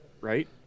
right